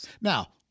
Now